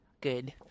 good